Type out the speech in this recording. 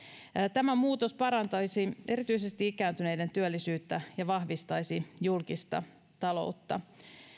tämä muutos parantaisi erityisesti ikääntyneiden työllisyyttä ja vahvistaisi julkista taloutta